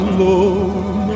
Alone